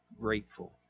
grateful